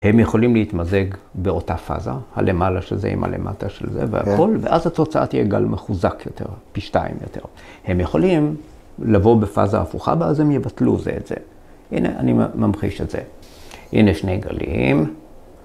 ‫הם יכולים להתמזג באותה פאזה, ‫הלמעלה של זה עם הלמטה של זה והכול, ‫ואז התוצאה תהיה גל מחוזק יותר, ‫פי שתיים יותר. ‫הם יכולים לבוא בפאזה הפוכה ‫ואז הם יבטלו זה את זה. ‫הנה, אני ממחיש את זה. ‫הנה שני גלים.